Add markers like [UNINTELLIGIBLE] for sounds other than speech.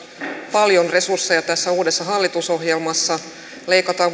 paljon resursseja tässä uudessa hallitusohjelmassa leikataan [UNINTELLIGIBLE]